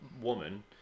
woman